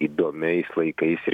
įdomiais laikais ir